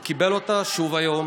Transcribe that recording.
הוא קיבל אותה שוב היום.